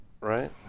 right